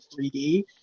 3D